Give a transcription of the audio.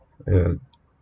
uh